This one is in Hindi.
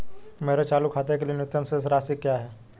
मेरे चालू खाते के लिए न्यूनतम शेष राशि क्या है?